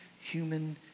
human